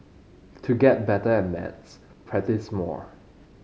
to get better at maths practise more